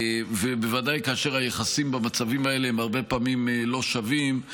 ובוודאי כאשר היחסים במצבים האלה הם הרבה פעמים לא שווים,